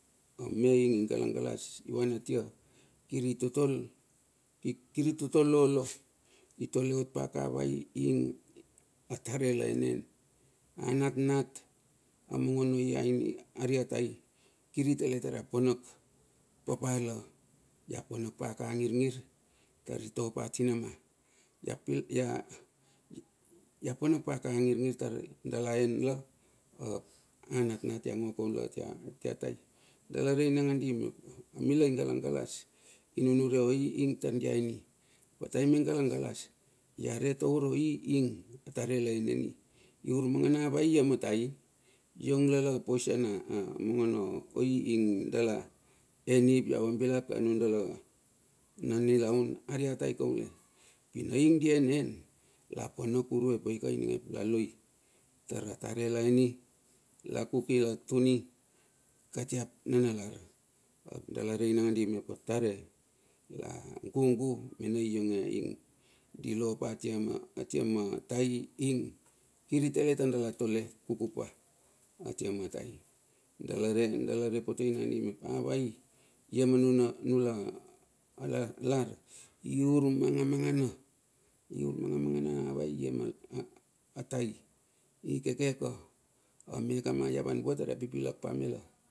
Ame ing i gala galas i van atia, kiri totol lolo. I tole ot paka avai ing atare la enen. Anatnat o mangano ia ariatai kiri talei tar ia panak papa la ia panak paka ngirngir tari topa tinama. Ia pil. ia panak paka angirngir tar dala en la ap a natnat ia ngo kaun latia tai- dala rei nangandi mep a mila i gala galas nunure oi ing tar dia eni. Ataem i gala galas, ia re taur oi ing a tare la eneni. I urmanga na vai idatmatai long lala a poisen omanga noi ing dala eni ia vambilane anudala na nilaun aria tai kaule aing di enen la eni. la kuki o tuni kati ananalar. Dala re nangadi mep atare la gugu mena i ionge di lopa tia ma tai dala tole kuku pa atia ma tai. Dala re popei nandi mep avai lo manulalar. Manga manga iur manga manga vai ie ma tai ikeke ka. Ame kama ia van vua tar ia pipilak pamela.